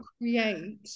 create